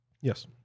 Yes